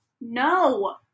No